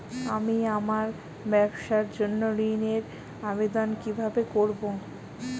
আমি আমার ব্যবসার জন্য ঋণ এর আবেদন কিভাবে করব?